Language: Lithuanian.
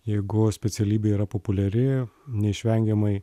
jeigu specialybė yra populiari neišvengiamai